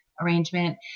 arrangement